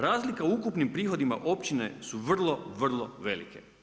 Razlika u ukupnim prohodima općine su vrlo, vrlo velike.